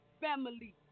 family